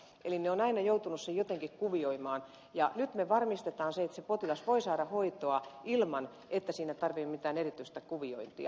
eli he ovat aina joutuneet sen jotenkin kuvioimaan ja nyt me varmistamme sen että se potilas voi saada hoitoa ilman että siinä tarvitaan mitään erityistä kuviointia